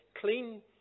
clean